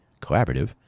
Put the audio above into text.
collaborative